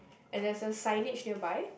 and there's a signage nearby